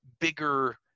bigger